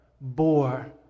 bore